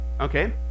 okay